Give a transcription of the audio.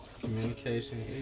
Communication